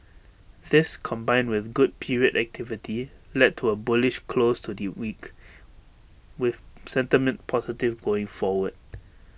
this combined with good period activity led to A bullish close to the week with sentiment positive going forward